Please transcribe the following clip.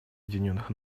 объединенных